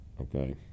okay